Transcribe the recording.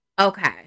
Okay